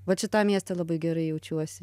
vat šitam mieste labai gerai jaučiuosi